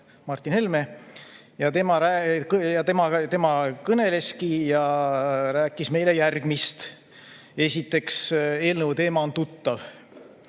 Martin Helme, ja tema kõneleski ja rääkis meile järgmist. Esiteks, eelnõu teema on tuttav.